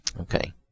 Okay